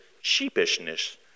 sheepishness